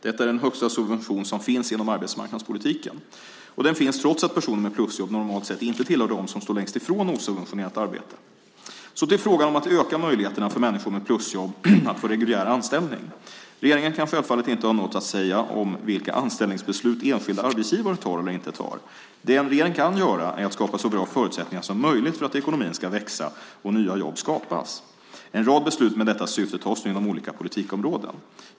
Detta är den högsta subvention som finns inom arbetsmarknadspolitiken. Den finns trots att personer med plusjobb normalt sett inte tillhör dem som står längst från osubventionerat arbete. Jag går så över till frågan om att öka möjligheterna för människor med plusjobb att få reguljär anställning. Regeringen kan självfallet inte ha något att säga om vilka anställningsbeslut enskilda arbetsgivare tar eller inte tar. Det en regering kan göra är att skapa så bra förutsättningar som möjligt för att ekonomin ska växa och nya jobb skapas. En rad beslut med detta syfte tas nu inom olika politikområden.